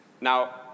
Now